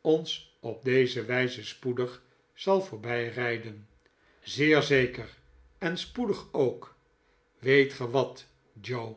ons op deze wijze spoedig zal voorbijrijden zeer zeker en spoedig ook weet ge wat joe